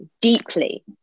deeply